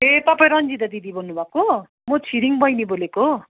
ए तपाईँ रन्जिता दिदी बोल्नुभएको म छिरिङ बैनी बोलेको